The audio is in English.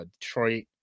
Detroit